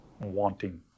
wanting